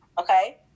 okay